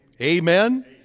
Amen